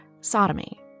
sodomy